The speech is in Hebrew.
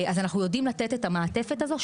אנחנו יודעים לתת את המעטפת הזו.